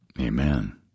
Amen